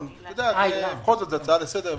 לדיון זה בכל זאת הצעה לסדר,